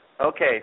Okay